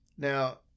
Now